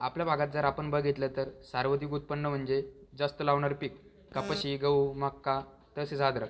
आपल्या भागात जर आपण बघितलं तर सर्वाधिक उत्पन्न म्हणजे जास्त लावणारे पीक कपाशी गहू मका तसेच अद्रक